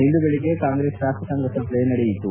ಇಂದು ಬೆಳಗ್ಗೆ ಕಾಂಗ್ರೆಸ್ ಶಾಸಕಾಂಗ ಸಭೆ ನಡೆಸಿತು